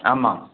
ஆமாம்